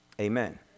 Amen